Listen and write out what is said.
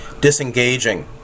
disengaging